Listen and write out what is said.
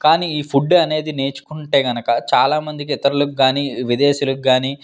కానీ ఈ ఫుడ్ అనేది నేర్చుకుంటే కనుక చాలామందికి ఇతరులకు కానీ విదేశీయులకు కానీ